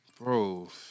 bro